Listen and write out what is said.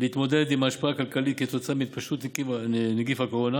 להתמודד עם ההשפעה הכלכלית של התפשטות נגיף הקורונה